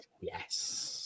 Yes